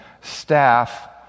staff